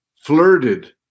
Flirted